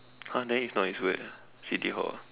!huh! then if not it's where city hall